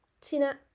Tina